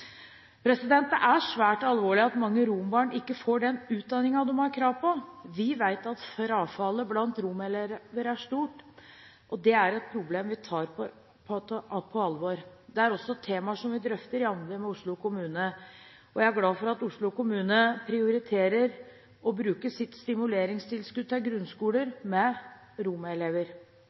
Det er svært alvorlig at mange rombarn ikke får den utdanningen de har krav på. Vi vet at frafallet blant romelever er stort, og det er et problem vi tar på alvor. Det er også et tema som vi drøfter jevnlig med Oslo kommune, og jeg er glad for at Oslo kommune prioriterer og bruker sitt stimuleringstilskudd til grunnskoler med